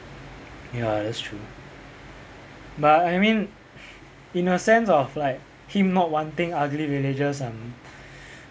ya that's true but I mean in a sense of like him not wanting ugly villagers um